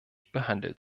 behandelt